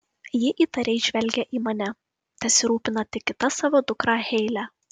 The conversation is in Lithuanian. ji įtariai žvelgia į mane tesirūpina tik kita savo dukra heile